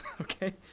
Okay